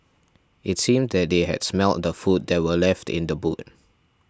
it seemed that they had smelt the food that were left in the boot